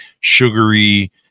sugary